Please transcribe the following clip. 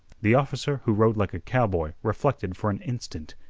the officer who rode like a cowboy reflected for an instant.